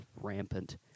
rampant